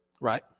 Right